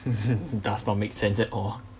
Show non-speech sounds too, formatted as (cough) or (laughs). (laughs) does not make sense at all